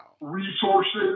resources